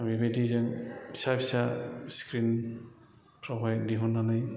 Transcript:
बेबायदिजों फिसा फिसा स्क्रिनफ्रावहाय दिहुननानै